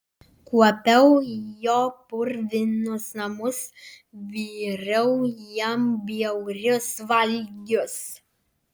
kuopiau jo purvinus namus viriau jam bjaurius valgius